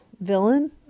Villain